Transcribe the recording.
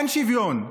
אין שוויון,